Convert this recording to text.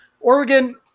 Oregon